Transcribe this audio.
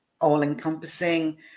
all-encompassing